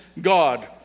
God